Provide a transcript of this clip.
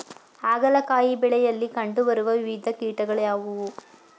ಹಾಗಲಕಾಯಿ ಬೆಳೆಯಲ್ಲಿ ಕಂಡು ಬರುವ ವಿವಿಧ ಕೀಟಗಳು ಯಾವುವು?